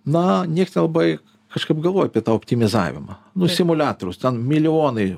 na nieks nelabai kažkaip galvoju apie tą optimizavimą nu simuliatorius ten milijonai